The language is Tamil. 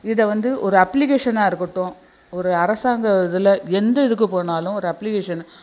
இதை வந்து ஒரு அப்ளிகேஷனாக இருக்கட்டும் ஒரு அரசாங்க இதில் எந்த இதுக்கு போனாலும் ஒரு அப்ளிகேஷனு